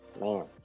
Man